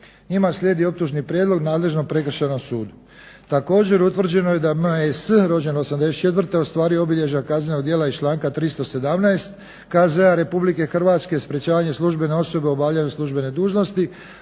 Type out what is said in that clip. Njima slijedi optužni prijedlog nadležnom prekršajnom sudu. Također, utvrđeno je da M.E.S. rođen '84. ostvario obilježja kaznenog djela iz članka 317. KZ-a Republike Hrvatske sprječavanje službene osobe u obavljanju službene dužnosti